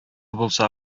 булса